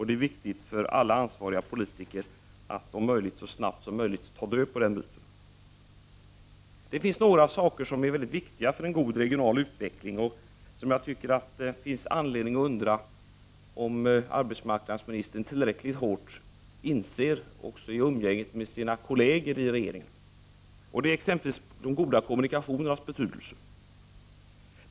Det är viktigt för alla ansvariga politiker i Sverige att så snabbt som möjligt ta död på den myten. Det finns några saker som är väldigt viktiga för en god regional utveckling och som gör att det finns anledning att undra om arbetsmarknadsministern tillräckligt inser — det gäller också i umgänget med sina kolleger i regeringen — hur det förhåller sig. Det gäller exempelvis de goda kommunikationernas betydelse.